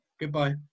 Goodbye